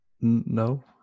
No